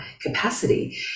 capacity